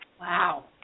Wow